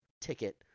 ticket